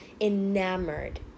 enamored